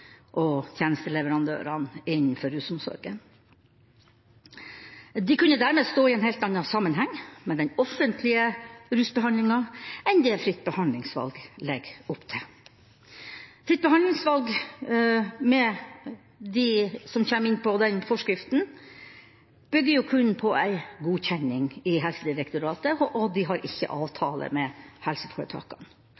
og tjenesteleverandørene innenfor rusomsorgen. De kunne dermed stå i en helt annen sammenheng med den offentlige rusbehandlinga enn det fritt behandlingsvalg legger opp til. Fritt behandlingsvalg, med de som kommer inn på den forskriften, bygger kun på en godkjenning i Helsedirektoratet, og de har ikke